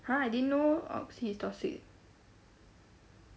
!huh! I didn't know oxy is toxic